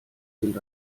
sind